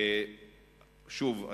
שוב,